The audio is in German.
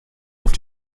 auf